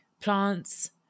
plants